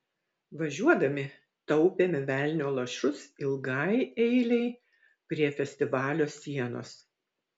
važiuodami taupėme velnio lašus ilgai eilei prie festivalio sienos